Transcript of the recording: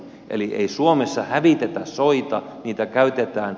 eli ei suomessa hävitetä soita niitä käytetään